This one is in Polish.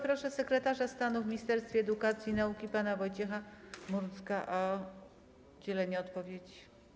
Proszę sekretarza stanu w Ministerstwie Edukacji i Nauki pana Wojciecha Murdzka o udzielenie odpowiedzi.